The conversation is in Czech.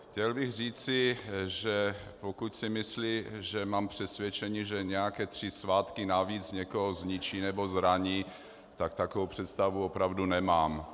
Chtěl bych říci, že pokud si myslí, že mám přesvědčení, že nějaké tři svátky navíc někoho zničí nebo zraní, tak takovou představu opravdu nemám.